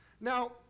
Now